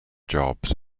jobs